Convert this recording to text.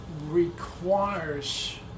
requires